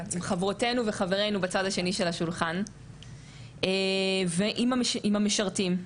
חברתנו וחברינו בצד השני של השולחן ועם המשרתים,